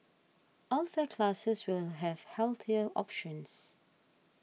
all fare classes will have healthier options